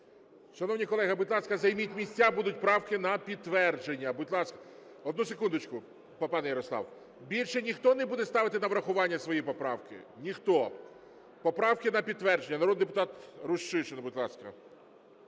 Шановні колеги, будь ласка, займіть місця, будуть правки на підтвердження. Одну секундочку, пане Ярослав. Більше ніхто не буде ставити на врахування своєї поправки? Ніхто. Поправки на підтвердження. Народний депутат Рущишин, будь ласка.